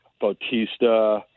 Bautista